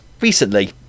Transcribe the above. recently